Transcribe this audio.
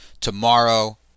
tomorrow